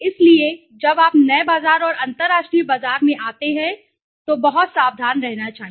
इसलिए जब आप नए बाजार और अंतर्राष्ट्रीय बाजार में आते हैं तो बहुत सावधान रहना चाहिए